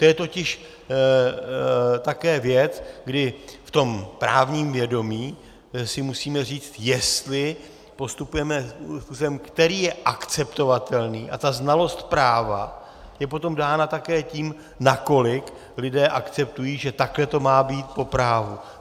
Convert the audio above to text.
To je totiž také věc, kdy v tom právním vědomí si musíme říct, jestli postupujeme způsobem, který je akceptovatelný, a ta znalost práva je potom dána také tím, nakolik lidé akceptují, že takhle to má být po právu.